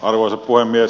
arvoisa puhemies